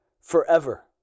forever